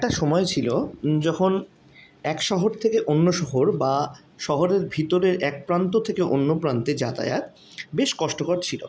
একটা সময় ছিল যখন এক শহর থেকে অন্য শহর বা শহরের ভিতরে এক প্রান্ত থেকে অন্য প্রান্তে যাতায়াত বেশ কষ্টকর ছিল